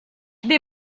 des